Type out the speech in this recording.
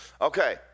Okay